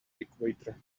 equator